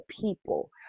people